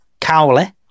Cowley